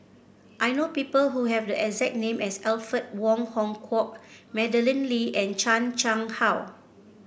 I know people who have the exact name as Alfred Wong Hong Kwok Madeleine Lee and Chan Chang How